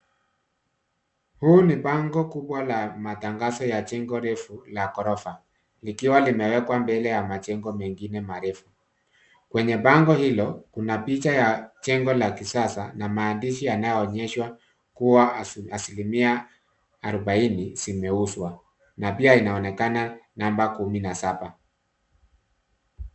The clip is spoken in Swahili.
Huu ni bango kubwa la matangazo ya jengo refu la ghorofa likiwa limewekwa mbele ya majengo mengine marefu. Kwenye bango hilo kuna picha ya jengo la kisasa na maandishi yanayoonyeshwa kuwa asilimia arubaini zimeuzwa na pia inaonekana namba kumi na saba.